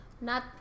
Not-